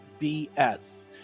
BS